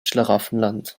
schlaraffenland